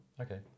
okay